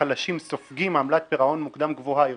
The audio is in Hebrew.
החלשים סופגים עמלת פירעון מוקדם גבוהה יותר,